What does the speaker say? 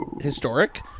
Historic